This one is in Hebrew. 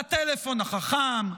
לטלפון החכם,